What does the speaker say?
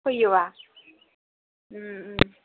फैयोब्ला